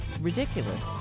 ridiculous